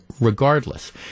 regardless